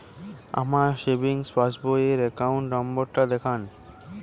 আমার savings passbook র account number টা দেখান?